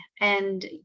and-